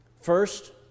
First